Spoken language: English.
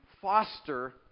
foster